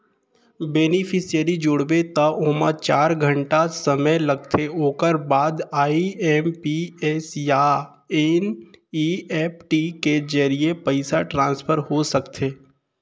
beneficiary जोड़बे त ओमा चार घंटा समे लागथे ओकर बाद आइ.एम.पी.एस या एन.इ.एफ.टी के जरिए पइसा ट्रांसफर हो सकथे